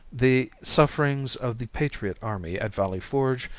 the sufferings of the patriot army at valley forge,